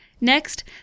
Next